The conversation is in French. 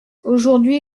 aujourd’hui